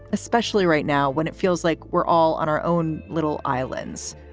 especially right now when it feels like we're all on our own little islands.